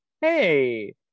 hey